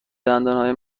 دندانهای